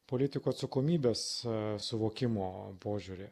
politikų atsakomybės suvokimo požiūrį